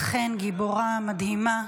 אכן גיבורה מדהימה.